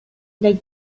like